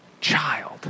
child